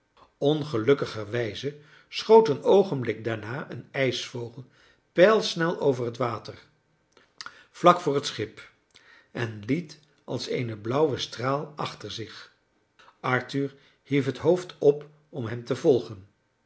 ongelukkigerwijze schoot een oogenblik daarna een ijsvogel pijlsnel over het water vlak voor het schip en liet als eene blauwe straal achter zich arthur hief het hoofd op om hem te volgen